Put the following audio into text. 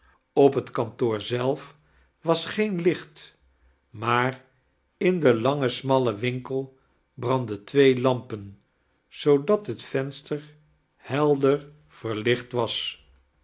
op het kantoor zelf was geen licht maar in den langen smallen winkel brandden twee lampen zoodat het venster helder verlicht was